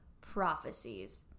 prophecies